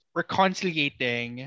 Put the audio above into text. reconciliating